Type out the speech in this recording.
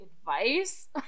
advice